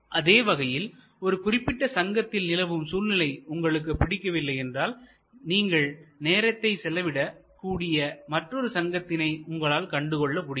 அதே வகையில் ஒரு குறிப்பிட்ட சங்கத்தில் நிலவும் சூழ்நிலை உங்களுக்கு பிடிக்கவில்லை என்றால் நீங்கள் நேரத்தை செலவிட கூடிய மற்றொரு சங்கத்தினை உங்களால் கண்டுகொள்ள முடியும்